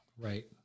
Right